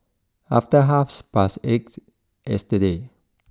after half past eight yesterday